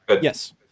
Yes